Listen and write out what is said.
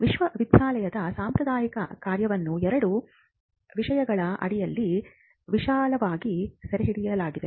ವಿಶ್ವವಿದ್ಯಾನಿಲಯದ ಸಾಂಪ್ರದಾಯಿಕ ಕಾರ್ಯವನ್ನು ಎರಡು ವಿಷಯಗಳ ಅಡಿಯಲ್ಲಿ ವಿಶಾಲವಾಗಿ ಸೆರೆಹಿಡಿಯಲಾಗಿದೆ